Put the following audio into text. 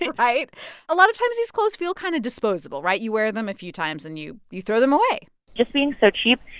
right a lot of times these clothes feel kind of disposable, right? you wear them a few times and you you throw them away just being so cheap,